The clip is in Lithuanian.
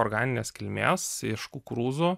organinės kilmės iš kukurūzų